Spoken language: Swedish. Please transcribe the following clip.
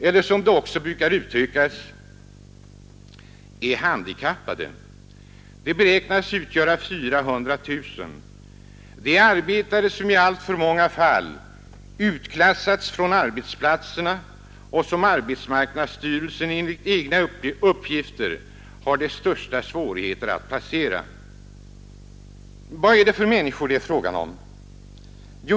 Eller som det också brukar uttryckas: de är handikappade. De beräknas utgöra 400 000. Det är arbetare som i alltför många fall utklassats från arbetsplatserna och som arbetsmarknadsstyrelsen enligt egna uppgifter har de största svårigheter att placera. Vad är det då för människor det är fråga om?